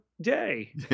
Day